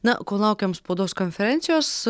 na kol laukiam spaudos konferencijos